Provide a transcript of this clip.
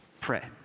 pray